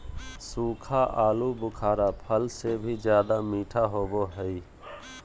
सूखा आलूबुखारा फल से भी ज्यादा मीठा होबो हइ